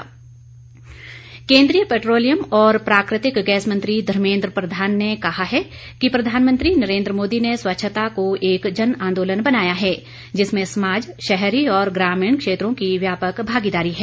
प्रधान स्वच्छता केन्द्रीय पेट्रोलियम और प्राकृतिक गैस मंत्री धर्मेद्र प्रधान ने कहा है कि प्रधानमंत्री नरेंद्र मोदी ने स्वच्छता को एक जन आंदोलन बनाया है जिसमें समाज शहरी और ग्रामीण क्षेत्रों की व्यापक भागीदारी है